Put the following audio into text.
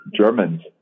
Germans